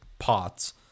Pots